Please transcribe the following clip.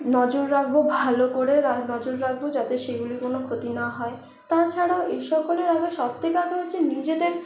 নজর রাখব ভালো করে নজর রাখব যাতে সেগুলির কোনও ক্ষতি না হয় তাছাড়াও এ সকলের আগে সব থেকে আগে হচ্ছে নিজেদের